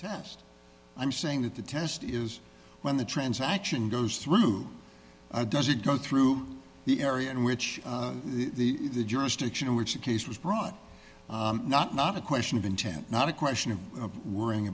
test i'm saying that the test is when the transaction goes through i does it go through the area in which the the jurisdiction in which the case was brought not not a question of intent not a question of worrying